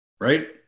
Right